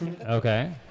Okay